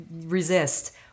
resist